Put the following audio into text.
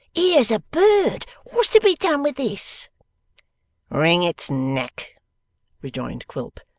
here's a bird! what's to be done with this wring its neck rejoined quilp.